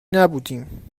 نبودیم